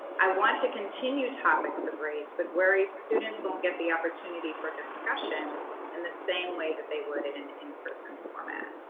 i want to continue topics of race but worry students won't get the opportunity for discussion in the same way they would in an in-person format.